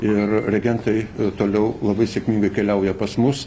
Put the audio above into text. ir reagentai toliau labai sėkmingai keliauja pas mus